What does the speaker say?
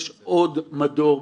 אנחנו צריכים לעשות בדיקות,